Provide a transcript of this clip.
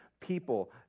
people